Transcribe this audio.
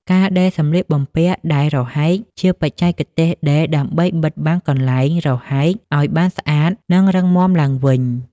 ការដេរសំលៀកបំពាក់ដែលរហែកជា បច្ចេកទេសដេរដើម្បីបិទបាំងកន្លែងរហែកឱ្យបានស្អាត និងរឹងមាំឡើងវិញ។